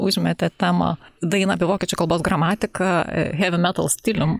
užmetė temą dainą apie vokiečių kalbos gramatiką hevi metal stilium